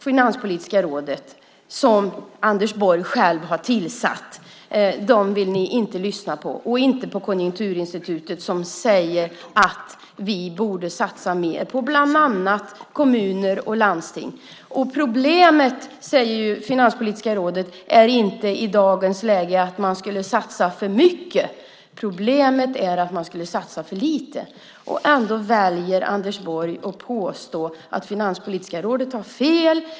Finanspolitiska rådet, som Anders Borg själv har tillsatt, vill ni inte lyssna på och inte heller på Konjunkturinstitutet som säger att det borde satsas mer på bland annat kommuner och landsting. Problemet, säger Finanspolitiska rådet, är i dagens läge inte att det satsas för mycket. Problemet är att det satsas för lite. Ändå väljer Anders Borg att påstå att Finanspolitiska rådet har fel.